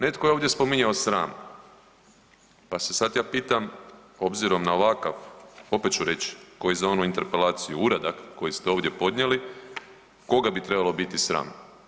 Netko je ovdje spominjao sram, pa se sad ja pitam obzirom na ovakav opet ću reći kao i za onu interpelaciju uradak koji ste ovdje podnijeli koga bi trebalo biti sram?